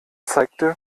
zeigte